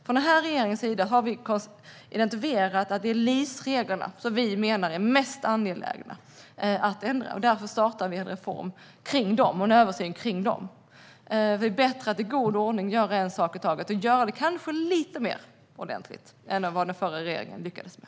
Den här regeringen har identifierat LIS-reglerna som det mest angelägna att ändra, och därför startar vi en reform och en översyn av dem. Det är bättre att i god ordning göra en sak i taget och kanske göra det lite mer ordentligt än vad den förra regeringen lyckades med.